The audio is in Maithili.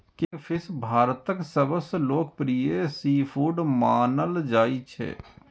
किंगफिश भारतक सबसं लोकप्रिय सीफूड मानल जाइ छै